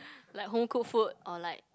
like home cooked food or like